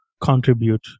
contribute